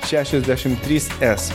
šešiasdešim trys s